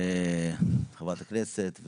חברת הכנסת,